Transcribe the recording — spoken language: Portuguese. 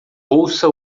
ouça